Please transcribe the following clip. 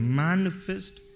manifest